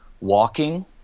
walking